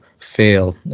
fail